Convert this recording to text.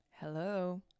Hello